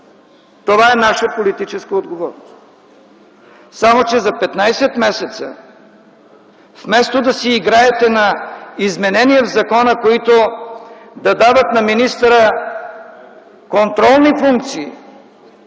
Това е наша политическа отговорност. Само че за 15 месеца вместо да си играете на изменения в закона, които да дават на министъра контролни функции